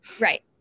Right